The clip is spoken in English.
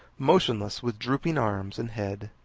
motionless, with drooping arms and head.